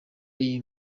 iyi